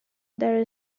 there